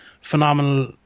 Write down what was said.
phenomenal